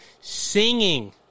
singing